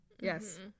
yes